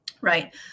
right